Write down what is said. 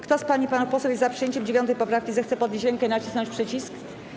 Kto z pań i panów posłów jest za przyjęciem 9. poprawki, zechce podnieść rękę i nacisnąć przycisk.